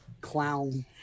Clown